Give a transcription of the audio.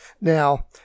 Now